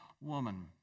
woman